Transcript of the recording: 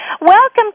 Welcome